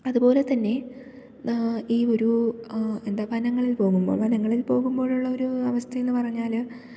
അതുപോലെത്തന്നെ ഈ ഒരു എന്താണ് വനങ്ങളിൽ പോകുമ്പോൾ വനങ്ങളിൽ പോകുമ്പോഴുള്ളൊരു അവസ്ഥയെന്നു പറഞ്ഞാല്